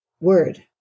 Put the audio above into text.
word